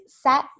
set